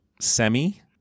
Semi